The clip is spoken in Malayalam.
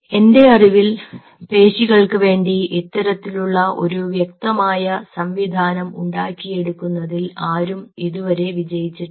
എൻറെ അറിവിൽ പേശികൾക്കു വേണ്ടി ഇത്തരത്തിലുള്ള ഒരു വ്യക്തമായ സംവിധാനം ഉണ്ടാക്കിയെടുക്കുന്നതിൽ ആരും ഇതുവരെ വിജയിച്ചിട്ടില്ല